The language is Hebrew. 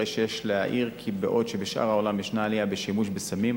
הרי שיש להעיר כי בעוד שבשאר העולם ישנה עלייה בשימוש בסמים,